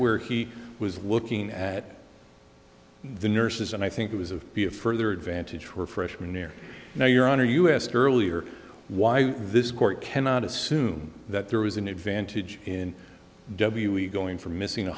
where he was looking at the nurses and i think it was of be a further advantage for freshman year now your honor you asked earlier why this court cannot assume that there was an advantage in w we going from missing